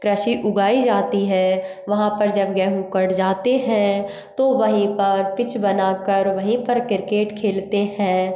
कृषि उगाई जाती है वहाँ पर जब गेहूँ कट जाते हैं तो वहीं पर पिच बनाकर वहीं पर किरकेट खेलते हैं